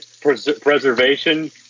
preservation